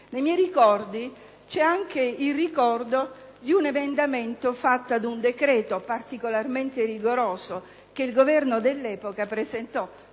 i miei ricordi c'è anche il ricordo di un emendamento presentato ad un decreto particolarmente rigoroso, che il Governo dell'epoca presentò